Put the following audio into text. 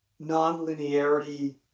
nonlinearity